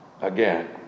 again